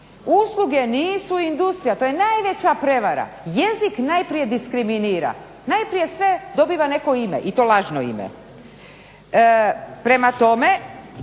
Usluge nisu industrija. To je najveća prevara. Jezik najprije diskriminira, najprije sve dobiva neko ime i to lažno ime. Prema tome,